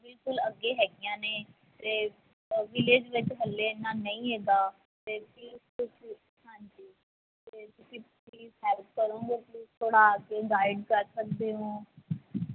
ਬਿਲਕੁਲ ਅੱਗੇ ਹੈਗੀਆਂ ਨੇ ਅਤੇ ਵਿਲੇਜ ਵਿੱਚ ਹਾਲੇ ਇੰਨਾ ਨਹੀਂ ਹੈਗਾ ਅਤੇ ਪਲੀਜ਼ ਤੁਸੀਂ ਹਾਂਜੀ ਅਤੇ ਤੁਸੀਂ ਪਲੀਜ਼ ਹੈਲਪ ਕਰੋਗੇ ਪਲੀਜ਼ ਥੋੜ੍ਹਾ ਆ ਕੇ ਗਾਈਡ ਕਰ ਸਕਦੇ ਹੋ